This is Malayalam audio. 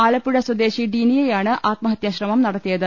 ആലപ്പുഴ സ്വദേശി ഡിനിയയാണ് ആത്മഹത്യാശ്രമം നടത്തിയത്